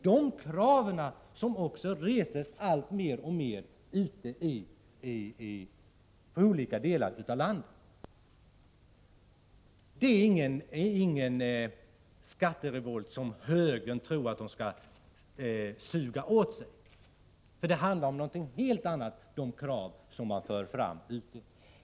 Det är också dessa krav som alltmer reses i olika delar av landet. Det är ingen skatterevolt av människor som högern tror att man kan suga åt sig. De krav som förs fram ute bland folk handlar om en fördelningspolitik på vinsternas bekostnad.